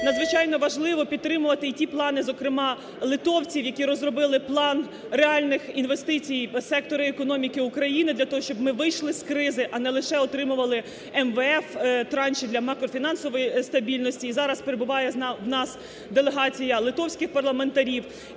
надзвичайно важливо підтримувати і ті плани, зокрема литовців, які розробили план реальних інвестицій сектору економіки України для того, щоб ми вийшли з кризи, а не лише отримували МВФ транші для макрофінансової стабільності. І зараз перебуває у нас делегація литовських парламентарів.